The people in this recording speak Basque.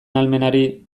ahalmenari